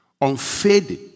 Unfading